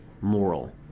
moral